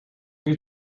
peer